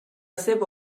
seva